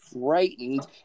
frightened